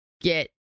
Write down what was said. get